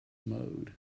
mode